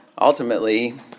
ultimately